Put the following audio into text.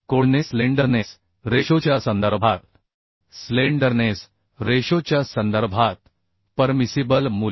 कोडने स्लेंडरनेस रेशोच्या संदर्भात स्लेंडरनेस रेशोच्या संदर्भात परमिसिबल मूल्य